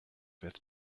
fifth